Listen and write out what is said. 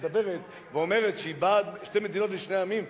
שמדברת ואומרת שהיא בעד שתי מדינות לשני עמים,